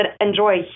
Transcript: enjoy